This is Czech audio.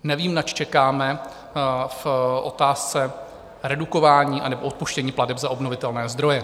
Nevím, nač čekáme v otázce redukování anebo odpuštění plateb za obnovitelné zdroje.